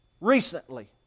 recently